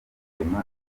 rwigema